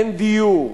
אין דיור,